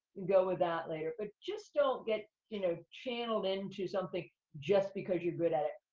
and go with that later. but just don't get, you know, channeled into something just because you're good at it.